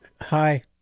Hi